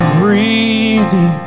breathe